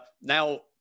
Now